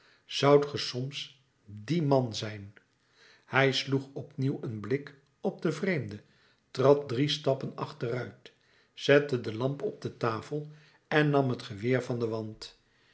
zoudt gij soms die man zijn hij sloeg opnieuw een blik op den vreemde trad drie stappen achteruit zette de lamp op de tafel en nam het geweer van den wand